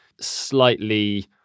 slightly